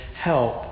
help